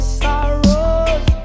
sorrows